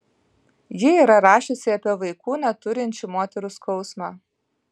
ji yra rašiusi apie vaikų neturinčių moterų skausmą